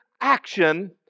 action